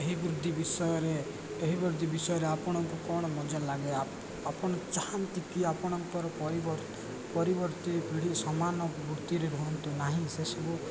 ଏହି ବୃଦ୍ଧି ବିଷୟରେ ଏହି ବୃଦ୍ଧି ବିଷୟରେ ଆପଣଙ୍କୁ କ'ଣ ମଜା ଲାଗେ ଆପଣ ଚାହାନ୍ତି କି ଆପଣଙ୍କର ପରିବର୍ତ୍ତୀ ପିଢ଼ି ସମାନ ବୃତ୍ତିରେ ରୁହନ୍ତୁ ନାହିଁ ସେସବୁ